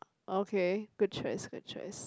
okay good choice good choice